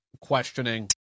questioning